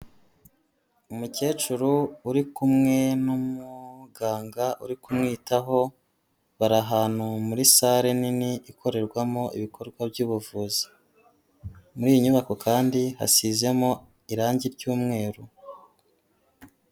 Umukecuru uri kumwe n'umuganga uri kumwitaho, bari ahantu muri sale nini ikorerwamo ibikorwa by'ubuvuzi, muri iyi nyubako kandi hasizemo irange ry'umweru.